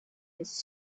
his